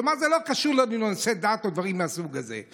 כלומר, זה לא קשור לנושא דת או דברים מהסוג הזה.